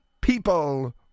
people